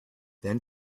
then